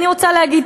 אני רוצה להגיד,